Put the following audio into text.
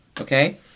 okay